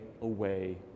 away